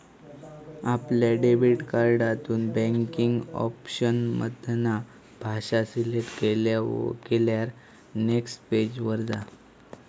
आपल्या डेबिट कार्डातून banking option मधना भाषा सिलेक्ट केल्यार नेक्स्ट पेज वर जा